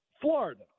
Florida